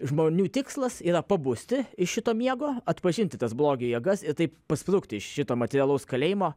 žmonių tikslas yra pabusti iš šito miego atpažinti tas blogio jėgas ir taip pasprukti iš šito materialaus kalėjimo